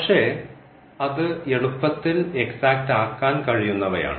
പക്ഷേ അത് എളുപ്പത്തിൽ എക്സാറ്റ് ആക്കാൻ കഴിയുന്നവയാണ്